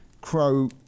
crow